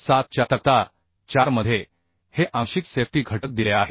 8002007 च्या तक्ता 4 मध्ये हे आंशिक सेफ्टि घटक दिले आहेत